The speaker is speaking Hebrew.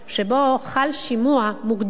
שבו חל שימוע מוקדם